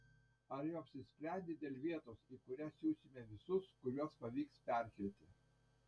ar jau apsisprendei dėl vietos į kurią siusime visus kuriuos pavyks perkelti